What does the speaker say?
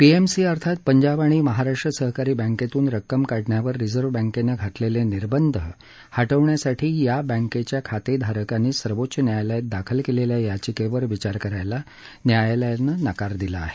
PMC अर्थात पंजाब आणि महाराष्ट्र सहकारी बँकेतून रक्कम काढण्यावर रिजर्व बँकेनं घातलेले निर्बंध हटवण्यासाठी या बँकेच्या खातेधारकांनी सर्वोच्च न्यायालयात दाखल केलेल्या याचिकेवर विचार करायला न्यायालयानं नकार दिला आहे